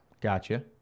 Gotcha